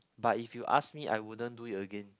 but if you ask me I wouldn't do it again